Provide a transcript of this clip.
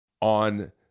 on